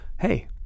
hey